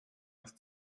ist